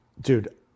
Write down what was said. Dude